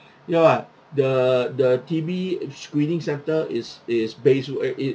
ya [what] the the T_B screening centre is is based where it